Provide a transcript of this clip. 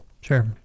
Sure